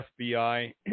FBI